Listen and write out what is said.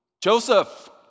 Joseph